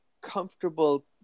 comfortable